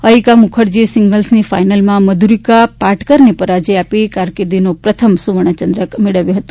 અયહીકા મુખરજીએ સીંગલ્સની ફાઇનલમાં મધુરીકા પાટકરને પરાજય આપીને કારકીર્દિનો પ્રથમ સુવર્ણચંદ્રક મેળવ્યો હતો